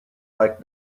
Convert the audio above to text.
like